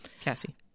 Cassie